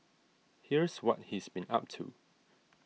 here's what he's been up to